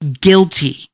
guilty